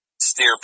steer